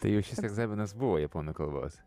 tai jau šis egzaminas buvo japonų kalbos